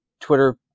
Twitter